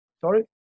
Sorry